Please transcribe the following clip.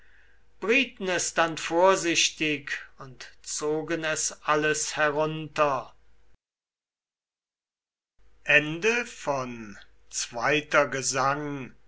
brieten es dann vorsichtig und zogen es alles herunter